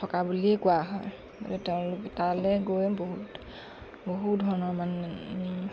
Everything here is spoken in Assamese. থকা বুলিয়ে কোৱা হয় গতিকে তেওঁ তালৈ গৈ বহুত বহু ধৰণৰ মানে